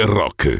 rock